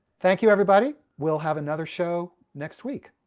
thank you everybody, we'll have another show next week.